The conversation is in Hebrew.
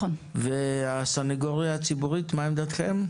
הסניגוריה הציבורית, מה עמדתכם?